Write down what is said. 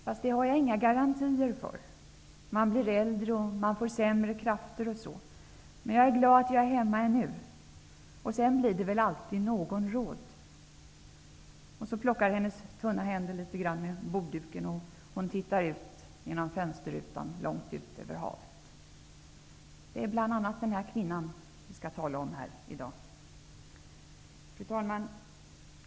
Fast det har en ju inga garantier för...Man blir ju äldre och får sämre krafter och så...men jag är glad att jag är hemma ännu...Och sen bli det väl alltid någon råd...'' Så plockar hennes tunna händer litet grand med bordduken, och hon tittar genom fönsterrutan långt ut över havet. Det är bl.a. den här kvinnan jag skall tala om här i dag. Fru talman!